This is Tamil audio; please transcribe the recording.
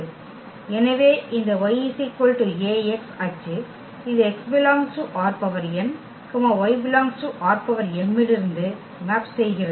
எனவே இந்த y Ax அச்சு இந்த x ∈ ℝn y ∈ ℝm இலிருந்து மேப் செய்கிறது